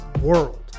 world